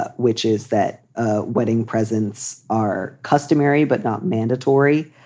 ah which is that ah wedding presents are customary but not mandatory.